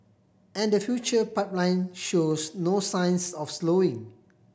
and the future pipeline shows no signs of slowing